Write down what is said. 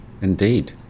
indeed